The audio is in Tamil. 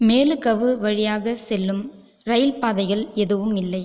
மேலுகவு வழியாக செல்லும் ரயில் பாதைகள் எதுவும் இல்லை